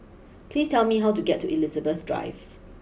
please tell me how to get to Elizabeth Drive